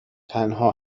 تنها